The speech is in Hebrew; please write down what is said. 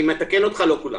אני מתקן אותך לא כולם.